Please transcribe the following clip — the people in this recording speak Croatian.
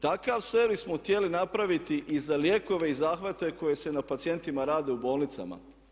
Takav servis smo htjeli napraviti i za lijekove i zahvate koji se na pacijentima rade u bolnicama.